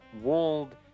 walled